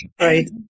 Right